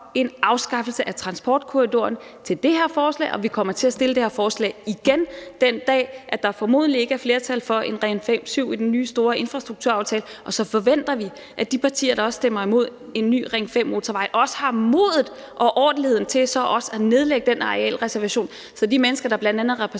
en afskaffelse af transportkorridoren til det her forslag, og vi kommer til at fremsætte det her forslag igen den dag, der formodentlig ikke er flertal for en Ring 5 Syd i den nye, store infrastrukturaftale, og så forventer vi, at de partier, der også stemmer imod en ny Ring 5-motorvej, også har modet og ordentligheden til så at nedlægge den arealreservation, så de mennesker, der bl.a. er repræsenteret